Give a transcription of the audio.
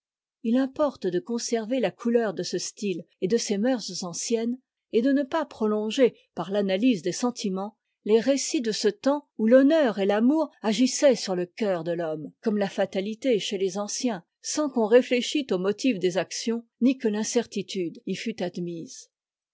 il importe de conserver la couleur de ce style et de ces mœurs anciennes et de ne pas prolonger par l'analyse des sentiments les récits de ce temps où l'honneur et l'amour agissaient sur le cœur de t'homme comme la fatalité chez les anciens sans qu'on réuécmt aux motifs des actions ni que fincertitude y fût admise